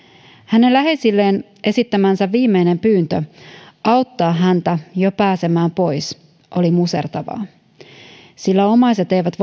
hänen läheisilleen esittämänsä viimeinen pyyntö auttaa häntä jo pääsemään pois oli musertavaa sillä omaiset eivät